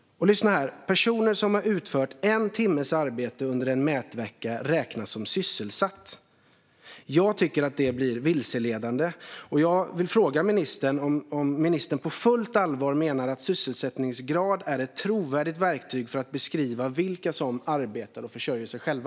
Lyssna här: Personer som har utfört en timmes arbete under en mätvecka räknas som sysselsatta. Jag tycker att det blir vilseledande. Jag vill fråga ministern om ministern på fullt allvar menar att sysselsättningsgrad är ett trovärdigt verktyg för att beskriva vilka som arbetar och försörjer sig själva.